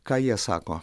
ką jie sako